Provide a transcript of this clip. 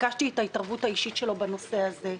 ביקשתי את ההתערבות האישית שלו בנושא הזה.